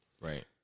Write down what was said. Right